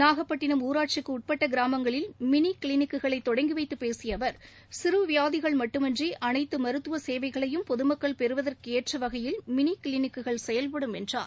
நாகப்பட்டினம் ஊராட்சிக்கு உட்பட்ட கிராமங்களில் மினி கிளினிக்குகளை தொடங்கிவைத்து பேசிய அவர் சிறு வியாதிகள் மட்டுமின்றி அனைத்து மருத்துவ சேவைகளையும் பொதுமக்கள் பெறுவதற்கேற்ற வகையில் மினி கிளினிக்குகள் செயல்படும் என்றார்